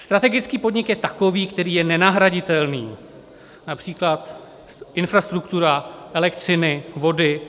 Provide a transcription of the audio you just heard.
Strategický podnik je takový, který je nenahraditelný, například infrastruktura elektřiny, vody.